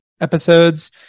episodes